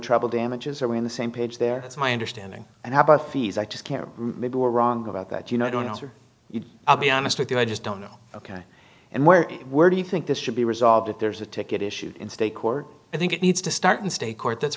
trouble damages are we on the same page there is my understanding and how about fees i just can't maybe we're wrong about that you know i don't know for you i'll be honest with you i just don't know ok and where where do you think this should be resolved if there's a ticket issue in state court i think it needs to start in state court that's